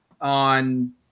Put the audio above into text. on